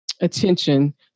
attention